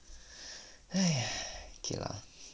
!haiya! okay lah